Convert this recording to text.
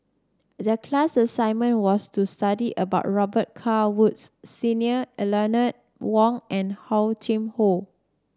the class assignment was to study about Robet Carr Woods Senior Eleanor Wong and Hor Chim Or